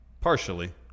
Partially